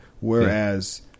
Whereas